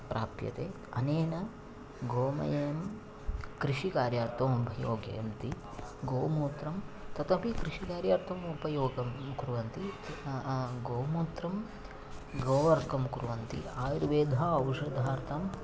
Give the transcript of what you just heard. प्राप्यते अनेन गोमयं कृषिकार्यार्थम् उपयजयन्ति गोमूत्रं तथापि कृषिकार्यार्थम् उपयोगं कुर्वन्ति गोमूत्रं गोवर्कं कुर्वन्ति आयुर्वेदे औषधार्थं